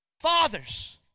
Fathers